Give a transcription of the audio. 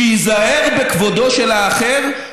שייזהר בכבודו של האחר,